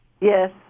Yes